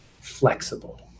flexible